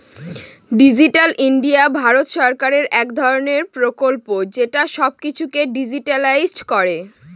digital India Bharat সরকারের এক ধরনের প্রকল্প যেটা সব কিছুকে ডিজিট্যালাইসড করে